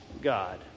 God